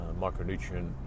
micronutrient